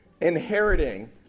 inheriting